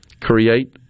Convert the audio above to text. create